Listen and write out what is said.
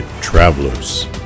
travelers